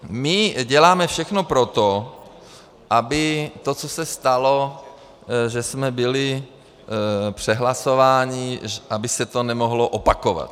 My děláme všechno pro to, aby to, co se stalo, že jsme byli přehlasováni, aby se to nemohlo opakovat.